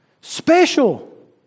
Special